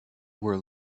were